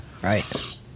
Right